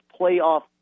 playoff